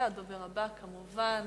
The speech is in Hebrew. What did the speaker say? הדובר הבא, כמובן,